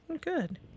Good